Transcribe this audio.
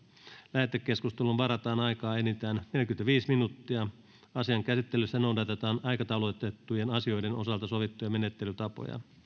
lähetekeskusteluun varataan aikaa enintään neljäkymmentäviisi minuuttia asian käsittelyssä noudatetaan aikataulutettujen asioiden osalta sovittuja menettelytapoja